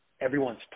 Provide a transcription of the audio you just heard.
everyone's